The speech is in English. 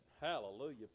hallelujah